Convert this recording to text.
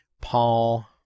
Paul